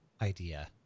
idea